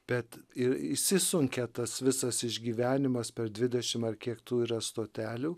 bet ir įsisunkia tas visas išgyvenimas per dvidešim ar kiek tų yra stotelių